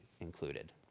included